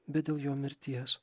bet dėl jo mirties